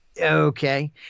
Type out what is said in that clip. Okay